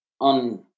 on